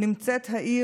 העיר,